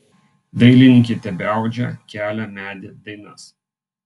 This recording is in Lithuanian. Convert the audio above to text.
dailininkė tebeaudžia kelią medį dainas